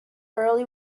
early